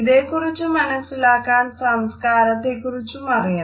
ഇതേക്കുറിച്ച് മനസ്സിലാക്കാൻ സംസ്കാരത്തെക്കുറിച്ചും അറിയണം